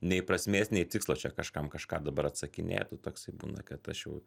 nei prasmės nei tikslo čia kažkam kažką dabar atsakinėt nu toksai būna kad aš jau